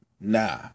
nah